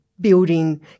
building